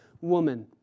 woman